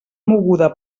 moguda